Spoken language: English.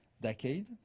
decade